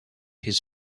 his